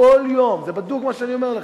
כל יום, זה בדוק מה שאני אומר לך,